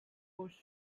course